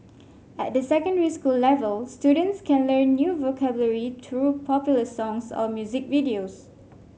at the secondary school level students can learn new vocabulary through popular songs or music videos